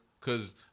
Cause